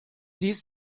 dies